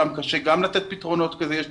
שם קשה לתת פתרונות כי יש צפיפות.